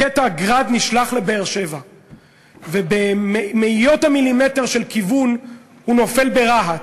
רקטת "גראד" נשלחת לבאר-שבע ובמאיות המילימטר של כיוון היא נופלת ברהט.